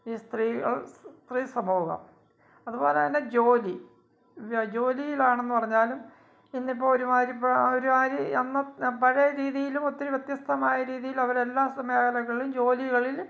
ഈ സ്ത്രീകൾ സ്ത്രീ സമൂഹം അതുപോലെ തന്നെ ജോലി ജോലിയിലാണെന്നു പറഞ്ഞാലും ഇന്നിപ്പോൾ ഒരുമാതിരിപ്പോൾ ഒരുമാതിരി എന്ന പഴയ രീതിലും ഒത്തിരി വ്യത്യസ്തമായ രീതിയിൽ അവരെല്ലാം മേഖലകളിൽ ജോലികളിൽ